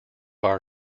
our